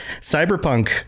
cyberpunk